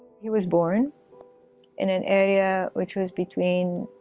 he was born in an area which was between